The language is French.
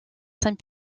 saint